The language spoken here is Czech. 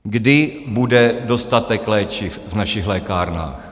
Kdy bude dostatek léčiv v našich lékárnách?